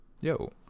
Yo